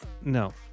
No